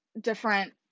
different